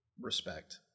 respect